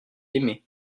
aimé